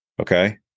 okay